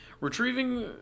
Retrieving